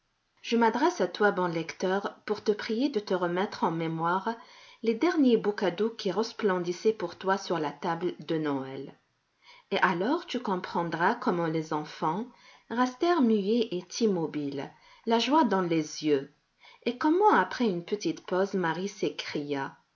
je m'adresse à toi bon lecteur pour te prier de te remettre en mémoire les derniers beaux cadeaux qui resplendissaient pour toi sur la table de noël et alors tu comprendras comment les enfants restèrent muets et immobiles la joie dans les yeux et comment après une petite pause marie s'écria